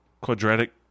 quadratic